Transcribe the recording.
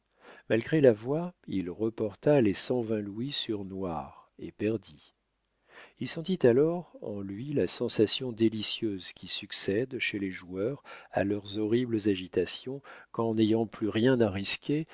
malgré la voix il reporta les cent vingt louis sur noir et perdit il sentit alors en lui la sensation délicieuse qui succède chez les joueurs à leurs horribles agitations quand n'ayant plus rien à risquer